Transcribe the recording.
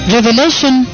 Revelation